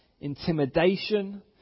intimidation